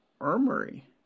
Armory